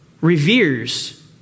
reveres